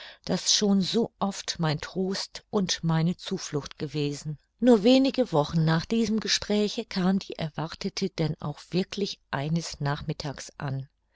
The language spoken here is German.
das schon so oft mein trost und meine zuflucht gewesen nur wenige wochen nach diesem gespräche kam die erwartete denn auch wirklich eines nachmittags an